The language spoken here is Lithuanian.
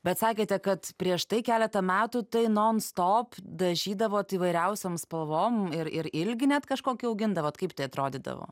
bet sakėte kad prieš tai keletą metų tai non stop dažydavot įvairiausiom spalvom ir ir ilgį net kažkokį augindavot kaip tai atrodydavo